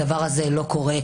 הדבר הזה לא קורה.